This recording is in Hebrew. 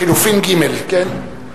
לחלופין ג', כן?